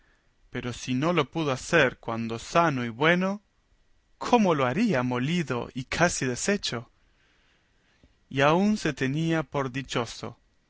pero si no lo pudo hacer cuando sano y bueno cómo lo haría molido y casi deshecho y aún se tenía por dichoso